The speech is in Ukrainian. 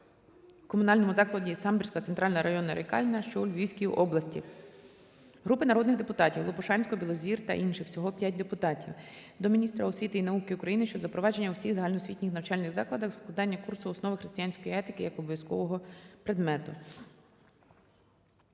у Комунальному закладі "Самбірська центральна районна лікарня", що у Львівській області. Групи народних депутатів (Лопушанського, Білозір та інших. Всього 5 депутатів) до міністра освіти і науки України щодо запровадження у всіх загальноосвітніх навчальних закладах України викладання курсу "Основи християнської етики" як обов’язкового предмету.